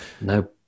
no